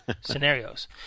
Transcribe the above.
scenarios